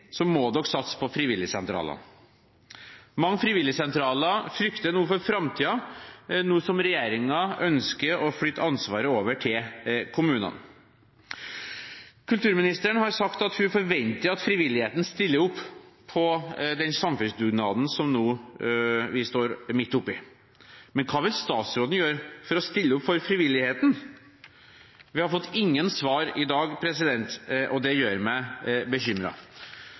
må dere satse på frivilligsentraler! Mange frivilligsentraler frykter for framtiden nå som regjeringen ønsker å flytte ansvaret over til kommunene. Kulturministeren har sagt at hun forventer at frivilligheten stiller opp på den samfunnsdugnaden som vi nå står midt oppe i, men hva vil statsråden gjøre for å stille opp for frivilligheten? Vi har ikke fått noen svar i dag, og det gjør meg